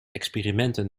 experimenten